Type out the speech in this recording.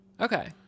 Okay